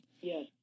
Yes